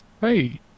Hey